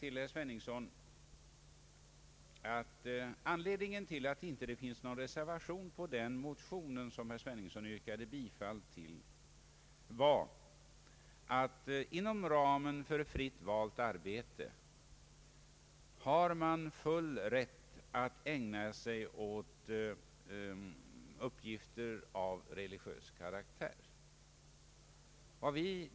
Till herr Svenungsson vill jag säga att orsaken till att det inte finns någon reservation med anledning av den motion som han har yrkat bifall till är att man inom ramen för fritt valt arbete har full rätt att ägna sig åt uppgifter av religiös karaktär.